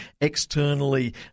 externally